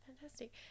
Fantastic